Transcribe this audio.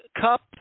Cup